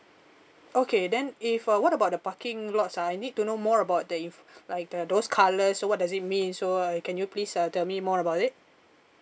okay then if uh what about the parking lots I need to know more about there if like the those colour so what does it mean so uh can you please uh tell me more about it